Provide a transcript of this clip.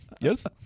Yes